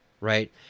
right